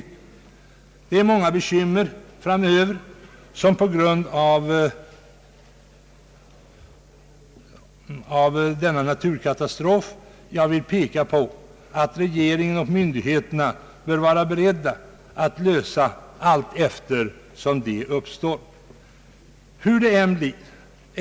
Det kommer att uppstå många problem framöver på grund av den inträffade naturkatastrofen, och regeringen och myndigheterna bör vara beredda att lösa dem allteftersom de uppstår.